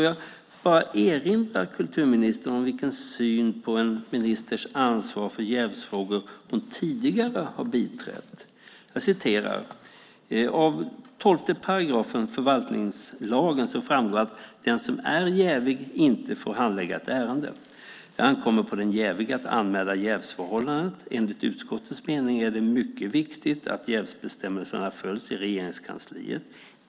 Jag vill erinra kulturministern om den syn på en ministers ansvar för jävsfrågor som hon tidigare har biträtt. Jag citerar: "Av 12 § förvaltningslagen framgår att den som är jävig inte får handlägga ett ärende. Det ankommer på den jävige att anmäla jävsförhållandet. Enligt utskottets mening är det mycket viktigt att jävsbestämmelserna följs i Regeringskansliet.